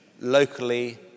locally